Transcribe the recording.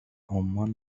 عمان